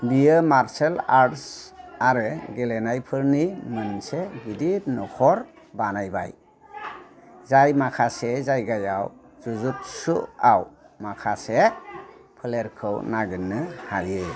बियो martial arts आरो गेलेनायफोरनि मोनसे गिदिर नखर बानायबाय जाय माखासे जायगायाव जुजुत्सुआव माखासे फोलेरखौ नागिरनो हायो